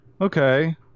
Okay